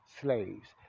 slaves